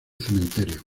cementerio